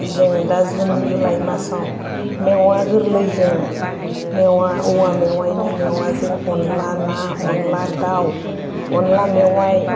जों दा June July मासआव मेवा गोरलैजों मेवा औवा मेवायनि मेवाजों अनला ना अनला दाउ अनला मेवाय